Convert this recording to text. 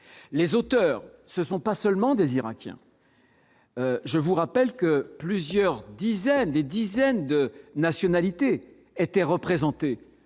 les auteurs, ce sont pas seulement des Irakiens. Je vous rappelle que plusieurs dizaines des dizaines de nationalités étaient représentées,